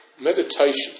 meditation